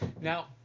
Now